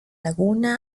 laguna